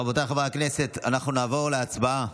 רבותיי חברי הכנסת, אנחנו נעבור להצבעה,